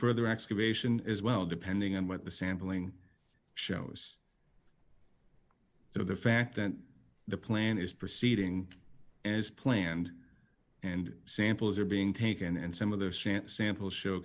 further excavation as well depending on what the sampling shows so the fact that the plan is proceeding as planned and samples are being taken and some of their stance sample show